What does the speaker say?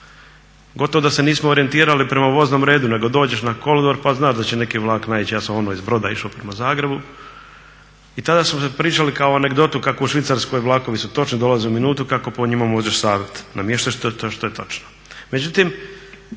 gotovo da se nismo orijentirali po voznom redu nego dođeš na kolodvor, pa znaš da će neki vlak naići. Ja sam iz Broda išao prema Zagrebu. I tada smo si pričali kao anegdotu kako u Švicarskoj vlakovi su točni, dolaze u minutu kako po njima možeš sat namještati, što je točno.